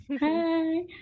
Hi